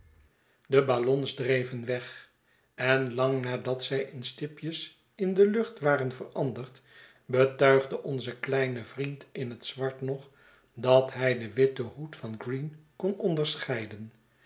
in ions dreven weg en lang nadat zij in stipjes in de lucht waren veranderd betuigde onze kleine vriend in het zwart nog dat hij den witten hoed van green kon onderscheiden